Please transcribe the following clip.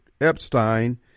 Epstein